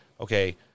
okay